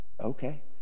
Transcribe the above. okay